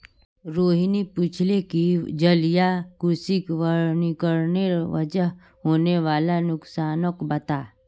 रोहिणी पूछले कि जलीय कृषित लवणीकरनेर वजह होने वाला नुकसानक बता